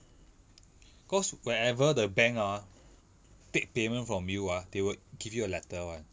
cause whenever the bank ah take payment from you ah they will give you a letter [one]